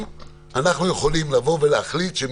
אנחנו מאבדים את הציבור שוב ושוב.